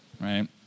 right